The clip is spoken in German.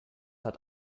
hat